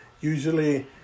usually